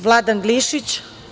Vladan Glišić.